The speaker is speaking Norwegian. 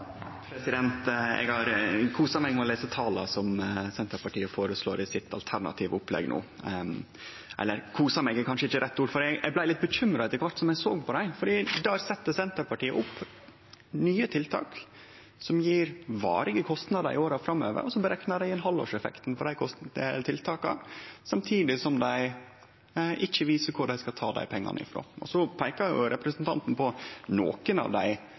kanskje ikkje dei rette orda, for eg blei litt bekymra etter kvart som eg såg på dei, for der set Senterpartiet opp nye tiltak som gjev varige kostnader i åra framover, og så bereknar dei inn halvårseffekten for dei tiltaka, samstundes som dei ikkje viser kvar dei skal ta dei pengane frå. Så peiker representanten på nokre av dei